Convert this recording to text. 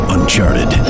Uncharted